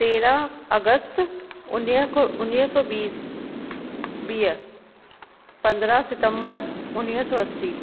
तेरहं अगस्त उणिवीह खो उणिवीह सौ बीस वीह पंद्रहं सितंबर उणिवीह सौ असीं